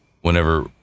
whenever